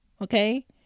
Okay